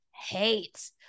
Hate